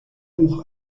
buch